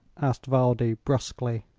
asked valdi, brusquely.